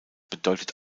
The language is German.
bedeutet